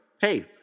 hey